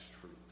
truth